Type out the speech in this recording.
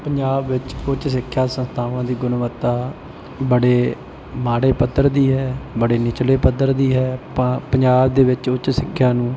ਪੰਜਾਬ ਵਿੱਚ ਕੁਝ ਸਿੱਖਿਆ ਸੰਸਥਾਵਾਂ ਦੀ ਗੁਣਵੱਤਾ ਬੜੇ ਮਾੜੇ ਪੱਧਰ ਦੀ ਹੈ ਬੜੇ ਨੀਚਲੇ ਪੱਧਰ ਦੀ ਹੈ ਪ ਪੰਜਾਬ ਦੇ ਵਿੱਚ ਉੱਚ ਸਿੱਖਿਆ ਨੂੰ